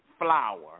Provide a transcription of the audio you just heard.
flour